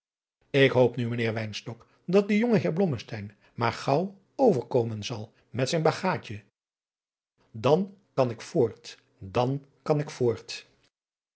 ik hoop nu mijnheer wynstok dat de jonge heer blommesteyn maar gaauw over komen zal met zijn bagaadje dan kan ik voort dan kan ik